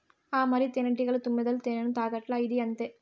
ఆ మరి, తేనెటీగలు, తుమ్మెదలు తేనెను తాగట్లా, ఇదీ అంతే